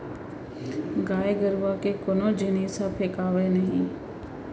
गाय गरूवा के कोनो जिनिस ह फेकावय नही